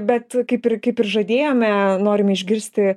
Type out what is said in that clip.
bet kaip ir kaip ir žadėjome norim išgirsti